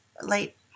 light